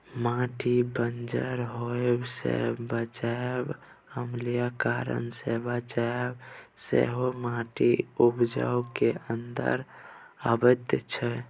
माटिकेँ बंजर होएब सँ बचाएब, अम्लीकरण सँ बचाएब सेहो माटिक बचाउ केर अंदर अबैत छै